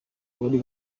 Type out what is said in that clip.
wari